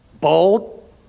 Bold